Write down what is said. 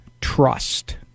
trust